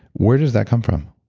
where does that come from?